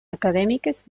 acadèmiques